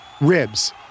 ribs